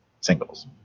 Singles